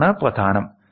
അതാണ് പ്രധാനം